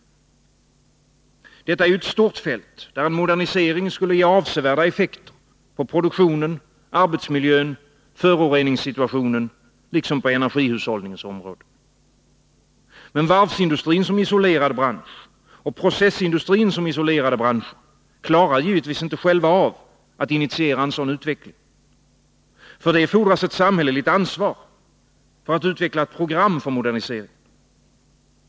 Detta är ett stort fält, där en modernisering skulle ge avsevärda effekter på produktionen, arbetsmiljön och föroreningssituationen, liksom inom energihushållningens område. Men varvsindustrin som isolerad bransch och processindustrin som isolerad bransch klarar givetvis inte själva av att initiera en sådan utveckling. För det fordras ett samhälleligt ansvar för att utveckla ett program för moderniseringen.